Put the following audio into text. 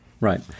right